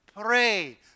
pray